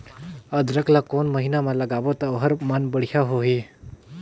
अदरक ला कोन महीना मा लगाबो ता ओहार मान बेडिया होही?